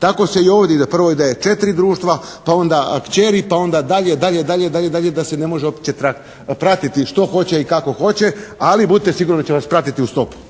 /Govornik se ne razumije./ … 4 društva, pa onda kćeri, pa onda dalje, dalje, dalje, dalje da se ne može uopće pratiti što hoće i kako hoće. Ali budite sigurni da će vas pratiti u stopu.